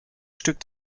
stück